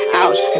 ouch